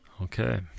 okay